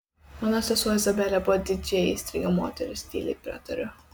mano sesuo izabelė buvo didžiai aistringa moteris tyliai pratariu